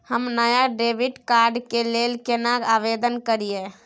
हम नया debit card के लेल केना आवेदन करियै?